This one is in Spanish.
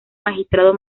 magistrado